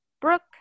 Brooke